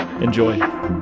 Enjoy